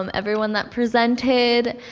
um everyone that presented,